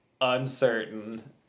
uncertain